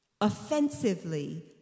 offensively